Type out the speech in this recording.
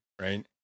right